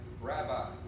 Rabbi